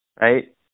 Right